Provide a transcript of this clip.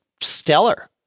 stellar